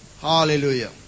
Hallelujah